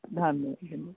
धन्यवाद